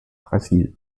brasil